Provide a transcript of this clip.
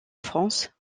france